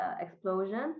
explosion